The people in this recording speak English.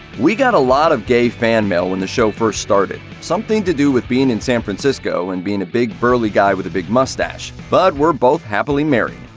we got a lot of gay fan mail when the show first started. something to do with being in san francisco and being a big, burly guy with a big moustache. but we're both happily married.